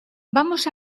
vamos